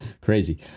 Crazy